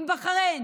עם בחריין,